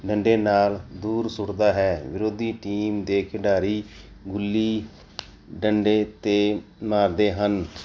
ਡੰਡੇ ਨਾਲ ਦੂਰ ਸੁੱਟਦਾ ਹੈ ਵਿਰੋਧੀ ਟੀਮ ਦੇ ਖਿਡਾਰੀ ਗੁੱਲੀ ਡੰਡੇ 'ਤੇ ਮਾਰਦੇ ਹਨ